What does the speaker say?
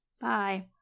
Bye